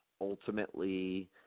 ultimately